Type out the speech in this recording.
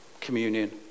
communion